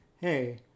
hey